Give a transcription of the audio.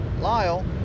Lyle